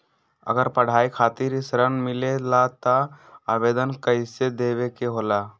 अगर पढ़ाई खातीर ऋण मिले ला त आवेदन कईसे देवे के होला?